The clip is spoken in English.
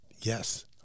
yes